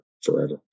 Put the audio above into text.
forever